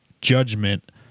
judgment